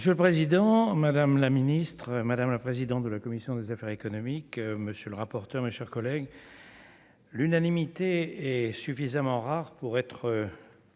Monsieur le président, madame la ministre, madame la présidente de la commission des affaires économiques, monsieur le rapporteur, mes chers collègues, l'unanimité est suffisamment rare pour être relevé